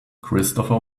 christopher